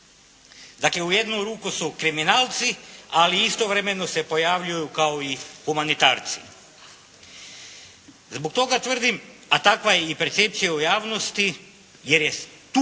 Dakle u jednu ruku su kriminalci, ali istovremeno se pojavljuju kao i humanitarci. Zbog toga tvrdim, a takva je i percepcija u javnosti jer je tu